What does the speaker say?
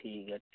ଠିକ୍ ଅଛି